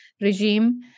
regime